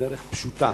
דרך פשוטה